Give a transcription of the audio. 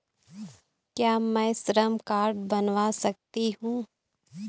क्या मैं श्रम कार्ड बनवा सकती हूँ?